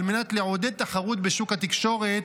על מנת לעודד תחרות בשוק התקשורת.